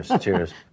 Cheers